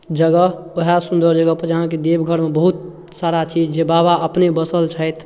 जगह वएह सुन्दर जगहपर जहाँ कि देवघरमे बहुत सारा चीज जे बाबा अपने बसल छथि